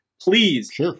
Please